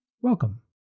Welcome